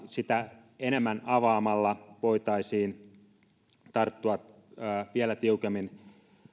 sitä enemmän voitaisiin tarttua vielä tiukemmin